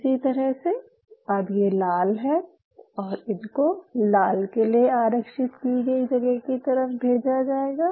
इसी तरह अब ये लाल हैं और इनको लाल के लिए आरक्षित की गयी जगह की तरफ भेजा जायेगा